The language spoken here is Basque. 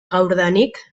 gaurdanik